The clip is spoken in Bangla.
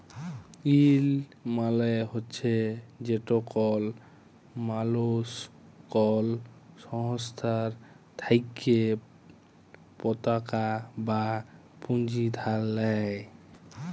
ঋল মালে হছে যেট কল মালুস কল সংস্থার থ্যাইকে পতাকা বা পুঁজি ধার লেই